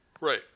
Right